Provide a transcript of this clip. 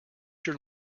your